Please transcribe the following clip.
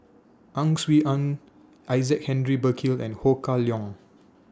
Ang Swee Aun Isaac Henry Burkill and Ho Kah Leong